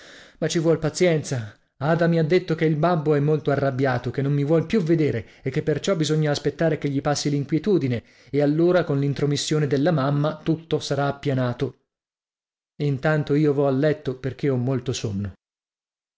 ma ci vuol pazienza ada mi ha detto che il babbo è molto arrabbiato che non mi vuol più vedere e che perciò bisogna aspettare che gli passi l'inquietudine e allora con l'intromissione della mamma tutto sarà appianato intanto io vo a letto perché ho molto sonno